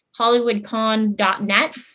HollywoodCon.net